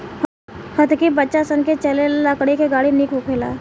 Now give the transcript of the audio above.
हतकी बच्चा सन के चले ला लकड़ी के गाड़ी निक होखेला